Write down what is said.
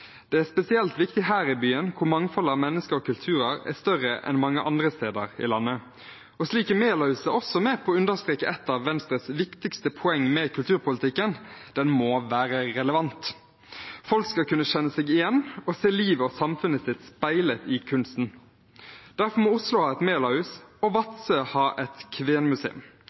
Det er spesielt viktig her i byen, hvor mangfoldet av mennesker og kulturer er større enn mange andre steder i landet. Slik er Melahuset også med på å understreke et av Venstres viktigste poeng med kulturpolitikken: Den må være relevant. Folk skal kunne kjenne seg igjen og se livet og samfunnet sitt speilet i kunsten. Derfor må Oslo ha et melahus og Vadsø ha et kvenmuseum.